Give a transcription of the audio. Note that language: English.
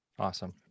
Awesome